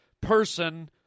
person